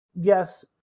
Yes